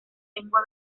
lengua